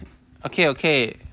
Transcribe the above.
okay okay